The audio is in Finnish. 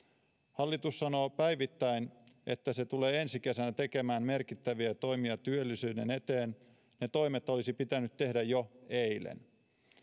hallitus sanoo päivittäin että se tulee ensi kesänä tekemään merkittäviä toimia työllisyyden eteen ne toimet olisi pitänyt tehdä jo eilen